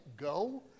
go